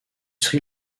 sri